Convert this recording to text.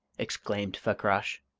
exclaimed fakrash.